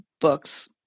books